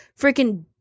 freaking